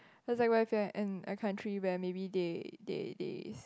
is like when you in a country where are maybe they they they